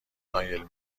نایل